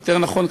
יותר נכון,